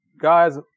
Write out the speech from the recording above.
Guys